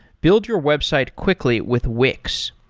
build your website quickly with wix.